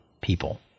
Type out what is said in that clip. people